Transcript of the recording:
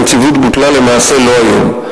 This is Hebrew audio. הנציבות בוטלה למעשה לא היום.